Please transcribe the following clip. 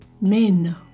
Men